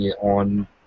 on